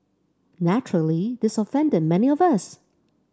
naturally this offended many of us